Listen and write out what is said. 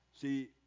See